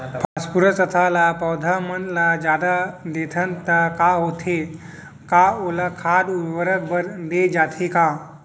Phosphorus तथा ल पौधा मन ल जादा देथन त का होथे हे, का ओला खाद उर्वरक बर दे जाथे का?